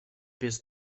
pies